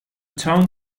town